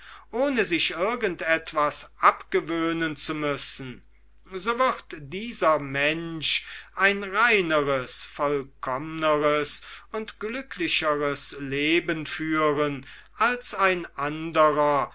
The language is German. ohne sich irgend etwas abgewöhnen zu müssen so wird dieser mensch ein reineres vollkommneres und glücklicheres leben führen als ein anderer